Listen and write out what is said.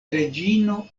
reĝino